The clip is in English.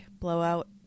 blowout